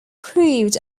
proved